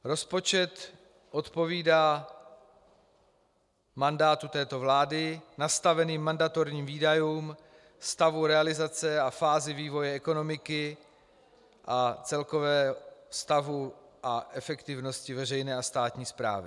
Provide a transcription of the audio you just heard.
Rozpočet odpovídá mandátu této vlády, nastaveným mandatorním výdajům, stavu realizace a fázi vývoje ekonomiky a celkovému stavu a efektivnosti veřejné a státní správy.